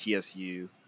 TSU